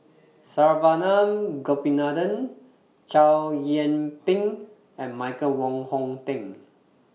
Saravanan Gopinathan Chow Yian Ping and Michael Wong Hong Teng